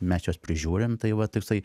mes juos prižiūrim tai va toksai